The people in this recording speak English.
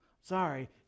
Sorry